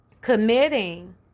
committing